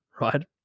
right